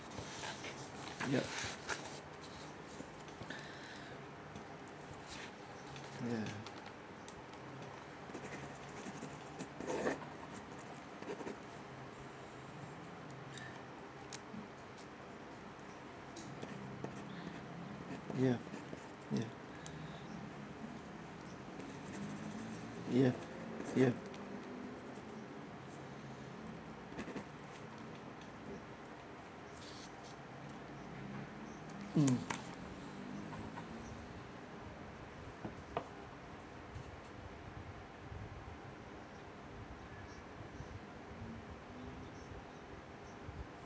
ya ya ya ya ya ya mm